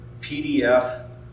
PDF